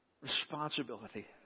responsibility